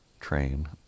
train